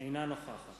אינה נוכחת